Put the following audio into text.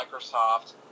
Microsoft